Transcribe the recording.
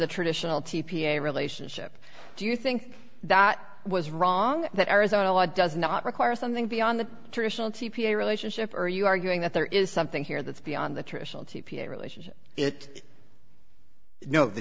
the traditional t p a relationship do you think that was wrong that arizona law does not require something beyond the traditional t p a relationship or are you arguing that there is something here that's beyond the traditional t p a relationship it no the